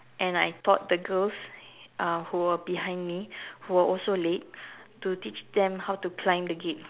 and I taught the girls uh who were behind me who were also late to teach them how to climb the gate